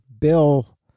Bill